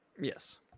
yes